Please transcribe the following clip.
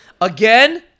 Again